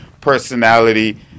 personality